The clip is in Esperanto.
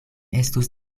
estus